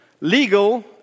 legal